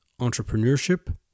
entrepreneurship